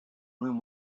room